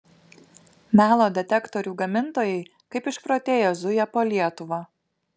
melo detektorių gamintojai kaip išprotėję zuja po lietuvą